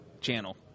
channel